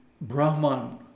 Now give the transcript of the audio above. brahman